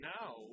now